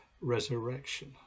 resurrection